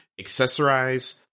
accessorize